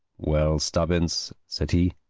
well, stubbins, said he,